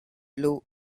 blue